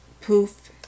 poof